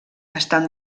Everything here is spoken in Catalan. estan